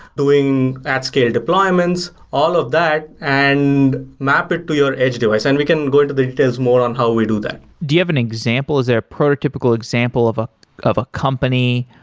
doing at scale deployments, all of that, and map it to your edge device. and we can go into the details more on how we do that do you have an example? is there a prototypical example of ah of a company,